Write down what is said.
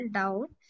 doubt